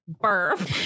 burp